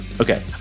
okay